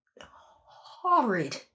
horrid